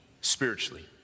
spiritually